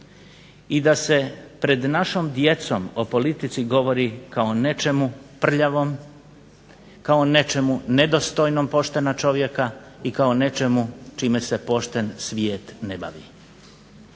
i da se pred našom djecom o politici govori kao nečemu prljavom, kao nečemu nedostojnom poštena čovjeka i kao nečemu čime se pošten svijet ne bavi.